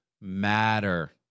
matter